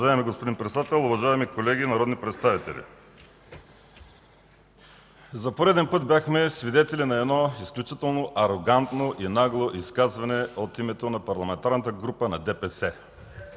Уважаеми господин Председател, уважаеми колеги народни представители! За пореден път бяхме свидетели на едно изключително арогантно и нагло изказване от името на Парламентарната група на ДПС.